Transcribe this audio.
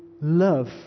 love